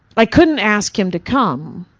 i couldn't ask him to come.